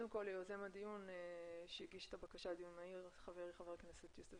בעקבות הצעה לדיון מהיר של חבר הכנסת יוסף